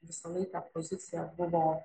visą laiką pozicija buvo